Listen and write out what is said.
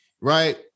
right